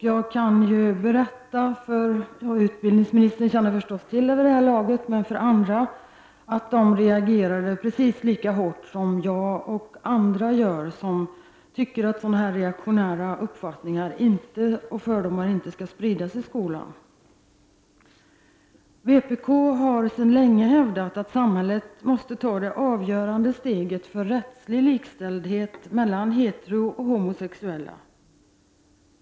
Jag kan berätta — utbildningsministern känner nog till det vid det här laget — för andra att RFSL reagerade precis lika hårt som jag och tyckte att sådana här reaktionära uppfattningar och fördomar inte skall spridas i skolan. Vpk har sedan länge hävdat att samhället måste ta det avgörandet steget för rättslig likställdhet mellan heterooch homosexuella.